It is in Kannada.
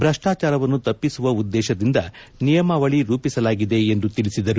ಭ್ರಷ್ಟಾಚಾರವನ್ನು ತಪ್ಪಿಸುವ ಉದ್ದೇಶದಿಂದ ನಿಯಮಾವಳಿ ರೂಪಿಸಲಾಗಿದೆ ಎಂದು ತಿಳಿಸಿದರು